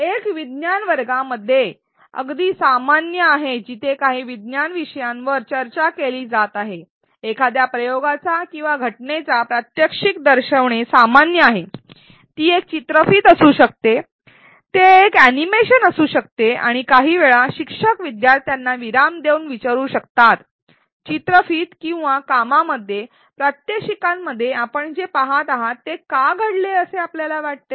एक विज्ञान वर्गांमध्ये अगदी सामान्य आहे जिथे काही विज्ञान विषयांवर चर्चा केली जात आहे एखाद्या प्रयोगाचा किंवा घटनेचा प्रात्यक्षिक दर्शविणे सामान्य आहे ती एक चित्रफीत असू शकते हे एक अॅनिमेशन असू शकते आणि काही वेळा शिक्षक शिकणाऱ्यांना विराम देऊन विचारू शकतात चित्रफीत किंवा कामामध्ये प्रात्यक्षिकांमध्ये आपण जे पहात आहात ते का घडले असे आपल्याला वाटते